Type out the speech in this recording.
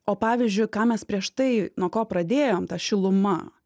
o pavyzdžiui ką mes prieš tai nuo ko pradėjom ta šiluma